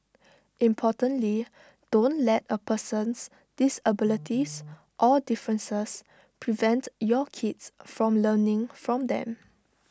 importantly don't let A person's disabilities or differences prevent your kids from learning from them